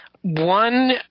one